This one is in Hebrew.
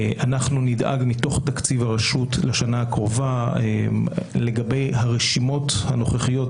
אנחנו נדאג מתוך תקציב הרשות לשנה הקרובה לגבי הרשימות הנוכחיות,